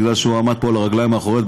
כי הוא עמד פה על הרגליים האחוריות,